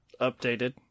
updated